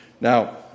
Now